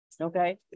Okay